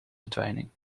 verdwijning